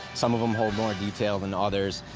some of them hold more detail than others.